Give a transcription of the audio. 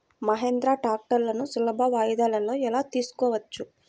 మహీంద్రా ట్రాక్టర్లను సులభ వాయిదాలలో ఎలా తీసుకోవచ్చు?